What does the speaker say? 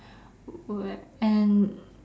and